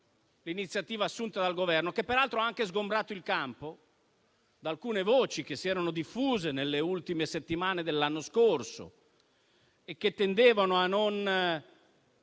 l'iniziativa assunta dal Governo, che peraltro ha anche sgombrato il campo da alcune voci che si erano diffuse nelle ultime settimane dell'anno scorso e che tendevano a non